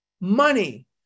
Money